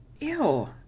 Ew